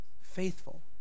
faithful